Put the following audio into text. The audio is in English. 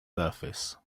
surface